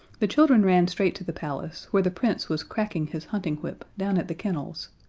the children ran straight to the palace, where the prince was cracking his hunting whip down at the kennels,